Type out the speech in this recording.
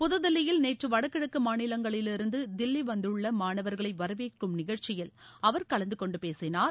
புதுதில்லியில் நேற்று வடகிழக்கு மாநிலங்களிலிருந்து தில்லி வந்துள்ள மாணவர்களை வரவேற்கும் நிகழ்ச்சியில் அவர் கலந்து கொண்டு பேசினார்